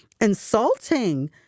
insulting